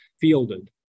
fielded